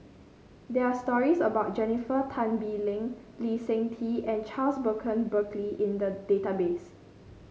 there are stories about Jennifer Tan Bee Leng Lee Seng Tee and Charles Burton Buckley in the database